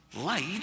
light